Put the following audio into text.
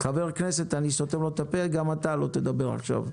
לחבר כנסת אני סותם את הפה אז גם אתה לא תדבר עכשיו.